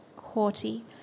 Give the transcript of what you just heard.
haughty